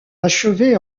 achevée